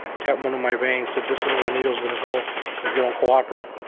tapped one of my veins said, this is where the needle's going to go if you don't cooperate.